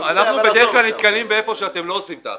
אנחנו בדרך כלל נתקלים היכן שאתם לא עושים את האכיפה,